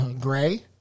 gray